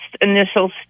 initial